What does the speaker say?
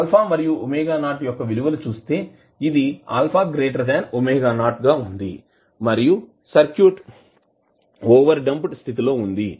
α మరియు ⍵0 యొక్క విలువలు చుస్తే ఇది α ⍵0 గా వుంది మరియు సర్క్యూట్ ఓవర్ డాంప్డ్ స్థితిలో వుంది